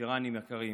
וטרנים יקרים,